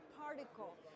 particle